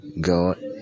God